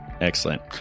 Excellent